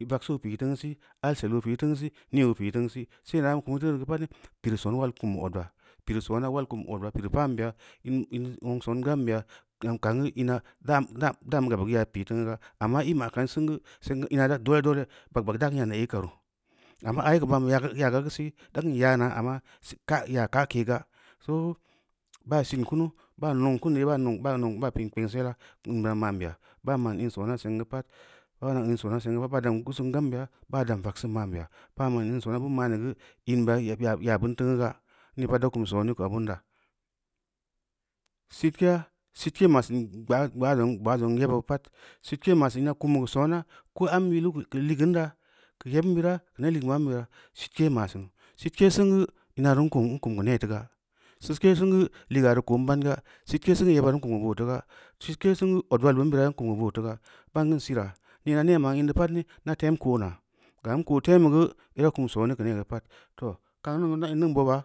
‘i’ bag ba’ak sp’o kə an təngə sii ‘a’sel o piin taŋ sii nne o’ piin təŋ sii sai i’ sa’a woŋ to rəʊ pa’at piin son wə kum ot ta’a piiri sonf wal kum ot ba’a pa’an bea ani woŋ soń gam be’a’ ma gab ga piiyaa tamu’u ga’a amma ‘i’ ma’a ka’an sen ga sen gə ina’a da’a ya dole-dole ba’ak ba’ak inda’a kən ya’an karu’u ammaayi kə ma’an nea ya’a ga-yaa gə da’a ka’n yana’ amma sit ka’a ya’a ka’a ké ga’a sp ba’a sitkunu ba’a noʊn kən yebala, ba’a neʊn-ba’a noʊn ba’a piin kpeŋ sela’a an bera’a ma’an be’a ma’a an soná sen gə pa’at ba’a ma’a sona sen ga pa’at ba’aga’am gusum gam beya’a bəa da’am an vaksu ma’an beya’a ba’a ma’an an sond ba’a ma’anuna gə ən birayeri yab ya’a bən taŋ ga’a ni’i ta’a-sitketa’a-sitke ma’a san gba’a zoŋ-gba’a zoŋ yeba pa’at sitke ma’a sən ina’a kumu’u ku sona ko’o am yilu’u kə angon da’a lə yeb bənra’a kə neb lɛga am beya sitke ma’a san, sitke sen ga inəa ən ko’o ru’u kum kə né ti gaa sitke sen gə ləga’a rə ko’o an ba’an ga’a sitke sen gə yeba’a ra an kum ka bo’o rə ta ga’a sitke sen gə ot wə bəm birian an kum ko’o bo’o tə ga’a ba’an kan sora’a ina’a ne ma’an an də pa’at ni nda’a tem ko’o nə gam an ko’o tem’u gə ida’a kum soen ka ne gu’u paa’at toh niŋ nda’a an iŋ kan boaba’a.